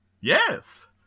Yes